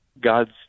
God's